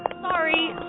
Sorry